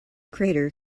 crater